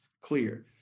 clear